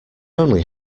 only